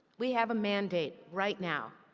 we have a mandate right now,